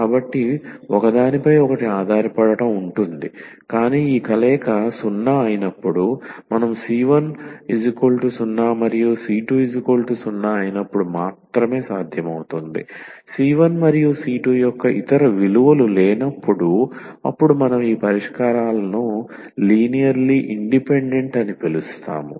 కాబట్టి ఒకదానిపై ఒకటి ఆధారపడటం ఉంటుంది కాని ఈ కలయిక 0 అయినప్పుడు మనం c10c20 అయినప్పుడు మాత్రమే సాధ్యమవుతుంది c1 మరియు c2 యొక్క ఇతర విలువలు లేనప్పుడు అప్పుడు మనం ఈ పరిష్కారాలను లినియర్లీ ఇండిపెండెంట్ అని పిలుస్తాము